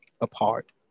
apart